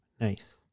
Nice